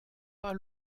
pas